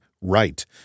Right